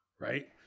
Right